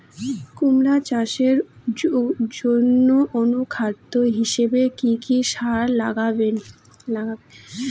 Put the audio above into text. কুমড়া চাষের জইন্যে অনুখাদ্য হিসাবে কি কি সার লাগিবে?